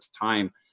time